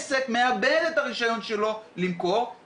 אני מעבירה את זה למשרד הבריאות.